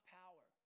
power